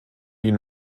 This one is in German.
die